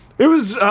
it was, ah,